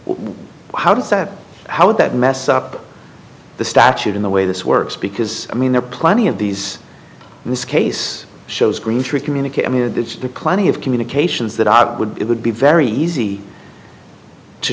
how does that how would that mess up the statute in the way this works because i mean there are plenty of these in this case shows greentree communicate i mean that's the clowney of communications that i would it would be very easy to